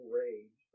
rage